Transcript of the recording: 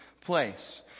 place